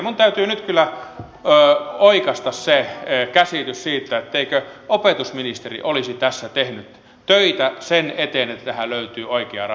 minun täytyy nyt kyllä oikaista se käsitys siitä etteikö opetusministeri olisi tässä tehnyt töitä sen eteen että tähän löytyy oikea ratkaisu